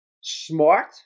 smart